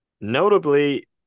Notably